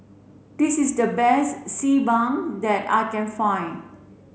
this is the best Xi Ban that I can find